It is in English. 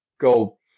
Go